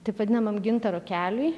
taip vadinamam gintaro keliui